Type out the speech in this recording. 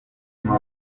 ngoma